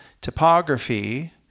topography